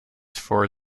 for